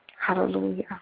Hallelujah